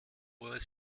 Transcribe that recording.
frohes